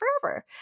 forever